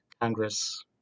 Congress